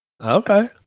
okay